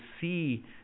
see